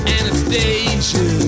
Anastasia